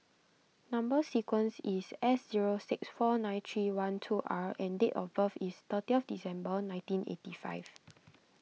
Number Sequence is S zero six four nine three one two R and date of birth is thirty December nineteen eighty five